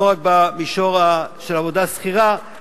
לא רק במישור של עבודה שכירה,